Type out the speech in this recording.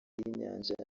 y’inyanja